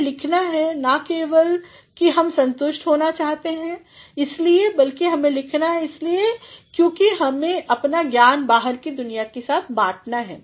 हमें लिखना है ना केवल कि हम संतुष्ट होना चाहते हैं हमें इसलिए भी लिखना है क्योंकि हमें अपनी ज्ञान बाहर की दुनिया के साथ बांटनी है